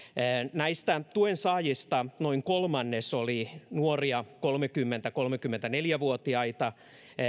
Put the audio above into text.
näistä tuensaajista noin kolmannes oli nuoria kolmekymmentä viiva kolmekymmentäneljä vuotiaita